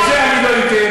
את זה אני לא אתן.